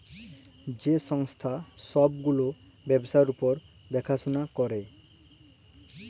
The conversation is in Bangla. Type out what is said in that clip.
যে সংস্থা ছব গুলা ব্যবসার উপর দ্যাখাশুলা ক্যরে